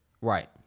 Right